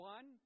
One